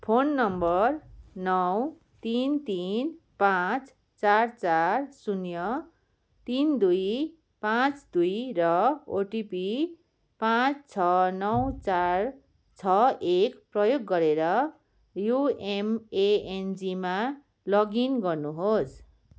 phone number नौ तिन तिन पाँच चार चार शून्य तिन दुई पाँच दुई र ओटिपी पाँच छ नौ चार छ एक प्रयोग गरेर युएमएएनजीमा लगइन गर्नुहोस्